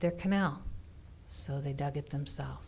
their canal so they dug it themselves